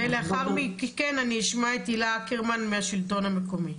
ולאחר מכן אני אשמע את הילה אקרמן מהשלטון המקומי.